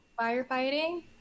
firefighting